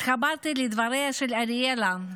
התחברתי לדבריה של אריאלה,